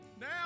now